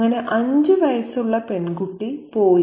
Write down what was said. അങ്ങനെ 5 വയസ്സുള്ള പെൺകുട്ടി പോയി